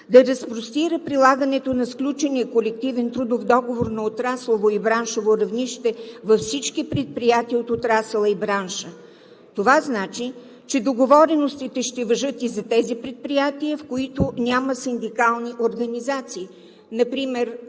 да разпростира прилагането на сключения колективен трудов договор на отраслово и браншово равнище във всички предприятия от отрасъла и бранша. Това значи, че договореностите ще важат и за тези предприятия, в които няма синдикални организации. Например